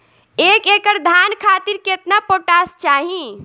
एक एकड़ धान खातिर केतना पोटाश चाही?